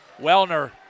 Wellner